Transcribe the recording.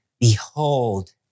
behold